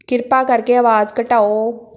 ਕਿਰਪਾ ਕਰਕੇ ਆਵਾਜ਼ ਘਟਾਓ